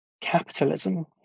capitalism